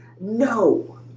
No